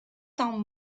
temps